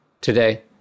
Today